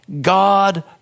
God